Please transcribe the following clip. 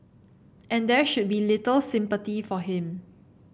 and there should be little sympathy for him